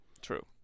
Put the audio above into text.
true